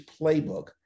playbook